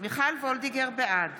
בעד